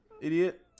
idiot